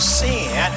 sin